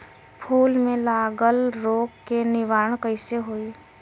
फूल में लागल रोग के निवारण कैसे होयी?